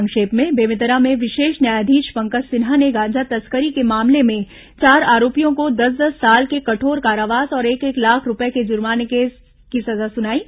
संक्षिप्त समाचार बेमेतरा में विशेष न्यायाधीश पंकज सिन्हा ने गांजा तस्करी के मामले में चार आरोपियों को दस दस साल के कठोर कारावास और एक एक लाख रूपए के जुर्माने की सजा सुनाई है